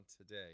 today